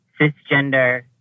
cisgender